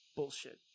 Bullshit